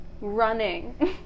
Running